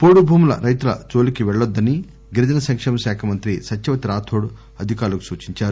వోడు భూముల రైతుల జోలికి వెళ్లొద్దని గిరిజన సంకేమ శాఖ మంత్రి సత్యవతి రాథోడ్ అధికారులకు సూచించారు